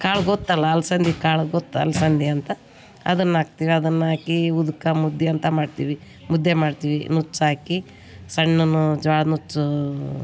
ಕಾಳು ಗೊತ್ತಲ್ಲ ಅಲಸಂದೆ ಕಾಳು ಗೊತ್ತಾ ಅಲಸಂದೆ ಅಂತ ಅದನ್ನ ಹಾಕ್ತೀವಿ ಅದನ್ನು ಹಾಕಿ ಉದ್ಕ ಮುದ್ದೆ ಅಂತ ಮಾಡ್ತೀವಿ ಮುದ್ದೆ ಮಾಡ್ತೀವಿ ನುಚ್ಚು ಹಾಕಿ ಸಣ್ಣದು ಜೋಳದ ನುಚ್ಚು